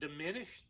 diminished